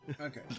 Okay